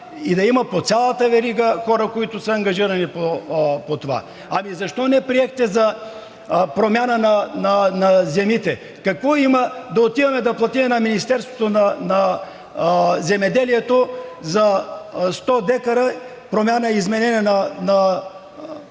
и по цялата верига да има хора, които са ангажирани с това. Защо не приехте за промяна на земите? Какво има да отидем да платим на Министерството на земеделието за 100 дка промяна за изменение на статута